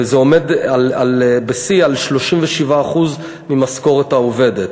וזה עומד בשיא על 37% ממשכורת העובדת.